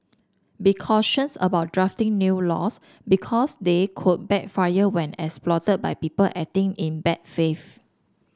be cautious about drafting new laws because they could backfire when exploited by people acting in bad faith